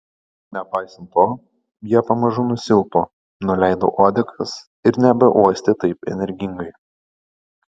nepaisant to jie pamažu nusilpo nuleido uodegas ir nebeuostė taip energingai